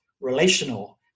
relational